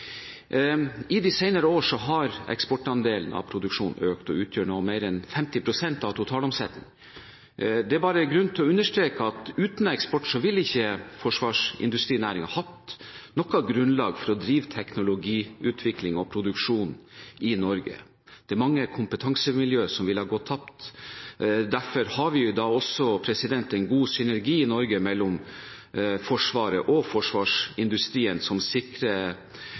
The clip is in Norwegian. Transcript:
I de senere årene har eksportandelen av produksjonen økt og utgjør nå mer enn 50 pst. av totalomsetningen. Det er grunn til å understreke at uten eksport ville ikke forsvarsindustrinæringen hatt noe grunnlag for å drive teknologiutvikling og produksjon i Norge, og mange kompetansemiljøer ville gått tapt. Derfor har vi også en god synergi i Norge mellom Forsvaret og forsvarsindustrien som sikrer